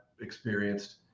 experienced